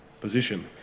position